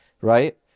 right